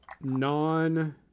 non